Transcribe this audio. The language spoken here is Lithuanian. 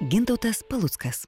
gintautas paluckas